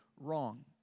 wrong